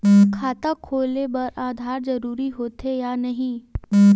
खाता खोले बार आधार जरूरी हो थे या नहीं?